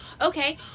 Okay